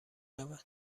رود